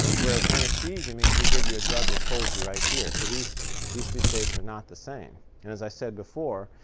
whereas anesthesia means we give you a drug which holds you right here. so these these two states are not the same. and as i said before,